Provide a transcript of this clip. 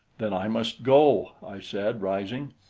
then i must go, i said, rising.